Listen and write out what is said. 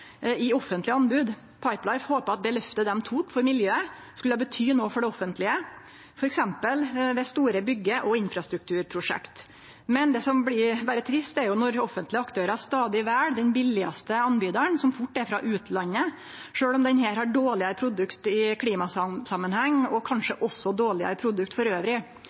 i offentlege anbod. Pipelife håpa at det løftet dei tok for miljøet, skulle bety noko for det offentlege, f.eks. ved store bygge- og infrastrukturprosjekt. Men det som blir berre trist er jo når offentlege aktørar stadig vel den billigaste tilbydaren, som fort er frå utlandet, sjølv om denne har dårlegare produkt i klimasamanheng og kanskje også dårlegare produkt elles. Derfor er eg glad for